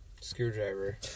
screwdriver